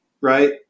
right